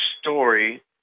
story